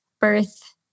birth